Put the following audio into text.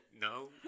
No